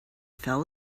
fell